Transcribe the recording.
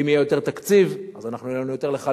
אם יהיה יותר תקציב, אז יהיה לנו יותר לחלק.